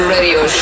Radio